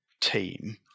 team